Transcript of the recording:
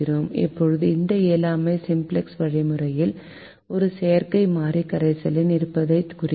இப்போது இந்த இயலாமை சிம்ப்ளக்ஸ் வழிமுறையால் ஒரு செயற்கை மாறி கரைசலில் இருப்பதைக் குறிக்கிறது